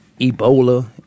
Ebola